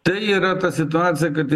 tai yra ta situacija kad